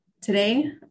today